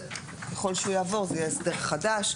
ככל שהוא יעבור זה יהיה הסדר חדש,